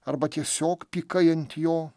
arba tiesiog pykai ant jo